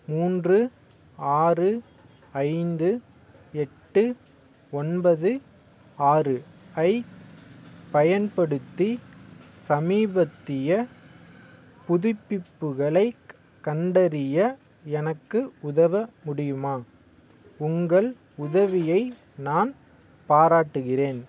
மூன்று ஆறு ஐந்து எட்டு ஒன்பது ஆறு ஐப் பயன்படுத்தி சமீபத்திய புதுப்பிப்புகளைக் கண்டறிய எனக்கு உதவ முடியுமா உங்கள் உதவியை நான் பாராட்டுகிறேன்